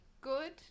good